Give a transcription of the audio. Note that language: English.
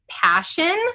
passion